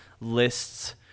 lists